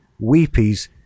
weepies